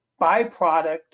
byproduct